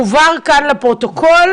הובהר כאן לפרוטוקול,